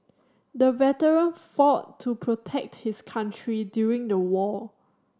the veteran fought to protect his country during the war